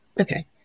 okay